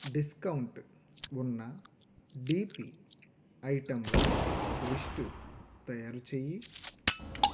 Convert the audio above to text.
discount ఉన్న DP ఐటెంల list తయారుచేయి